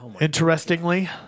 interestingly